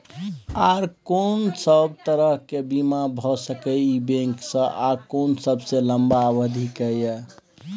आर कोन सब तरह के बीमा भ सके इ बैंक स आ कोन सबसे लंबा अवधि के ये?